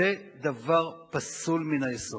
זה דבר פסול מן היסוד.